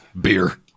beer